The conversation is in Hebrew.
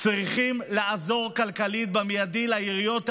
צריכים לעזור כלכלית במיידי לעיריות האלו.